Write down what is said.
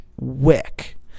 wick